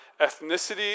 ethnicity